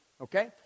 Okay